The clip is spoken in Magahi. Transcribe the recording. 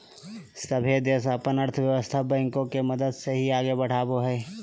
सभे देश अपन अर्थव्यवस्था बैंको के मदद से ही आगे बढ़ावो हय